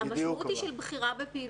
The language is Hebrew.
המשמעות היא של בחירה בפעילות.